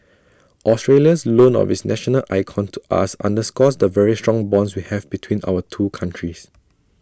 Australia's loan of its national icon to us underscores the very strong bonds we have between our two countries